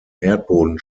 erdboden